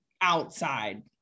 outside